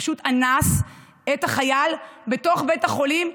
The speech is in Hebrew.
פשוט אנס את החייל בתוך בית החולים,